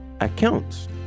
accounts